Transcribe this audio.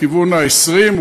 לכיוון ה-20,